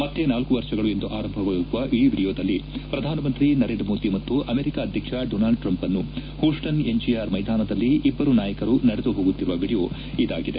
ಮತ್ತೆ ನಾಲ್ಕು ವರ್ಷಗಳು ಎಂದು ಆರಂಭವಾಗುವ ಈ ವಿಡಿಯೋದಲ್ಲಿ ಪ್ರಧಾನಮಂತ್ರಿ ನರೇಂದ್ರ ಮೋದಿ ಮತ್ತು ಅಮೆರಿಕ ಅಧ್ಯಕ್ಷ ಡೋನಾಲ್ಡ್ ಟ್ರಂಪ್ನ್ನು ಹೂಸ್ಬನ್ ಎನ್ಜಿಅರ್ ಮೈದಾನದಲ್ಲಿ ಇಬ್ಬರು ನಾಯಕರು ನಡೆದು ಹೋಗುತ್ತಿರುವ ವಿಡಿಯೋ ಇದಾಗಿದೆ